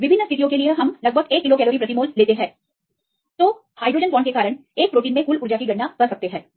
तो विभिन्न स्थितियों के लिए हम लगभग 1 किलो कैलोरी प्रति मोल लगाते हैं और तब आप हाइड्रोजन बॉन्ड के कारण एक प्रोटीन में कुल ऊर्जा की गणना कर सकते हैं